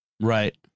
Right